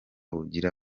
bugira